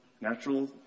Natural